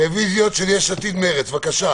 רוויזיות של יש עתיד-מרצ, בבקשה.